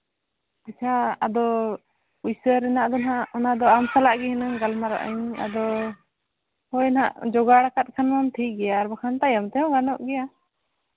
ᱟᱪᱪᱷᱟ ᱟᱫᱚ ᱯᱩᱭᱥᱟᱹ ᱨᱮᱱᱟᱜ ᱫᱚ ᱦᱟᱸᱜ ᱚᱱᱟ ᱫᱚ ᱟᱢ ᱥᱟᱞᱟᱜ ᱜᱮ ᱦᱩᱱᱟᱹᱝ ᱜᱟᱞᱢᱟᱨᱟᱜ ᱟᱹᱧ ᱟᱫᱚ ᱦᱳᱭ ᱦᱟᱸᱜ ᱡᱳᱜᱟᱲ ᱠᱟᱫ ᱠᱷᱟᱱ ᱢᱟᱢ ᱴᱷᱤᱠ ᱜᱮᱭᱟ ᱟᱨ ᱵᱟᱠᱷᱟᱱ ᱛᱟᱭᱚᱢ ᱛᱮᱦᱚᱸ ᱜᱟᱱᱚᱜ ᱜᱮᱭᱟ